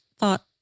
thought